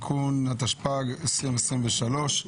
התשפ"ג-2023.